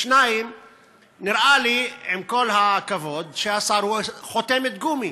2. נראה לי, עם כל הכבוד, שהשר הוא חותמת גומי.